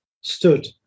stood